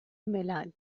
ملل